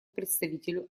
представителю